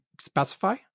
specify